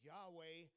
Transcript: Yahweh